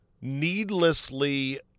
needlessly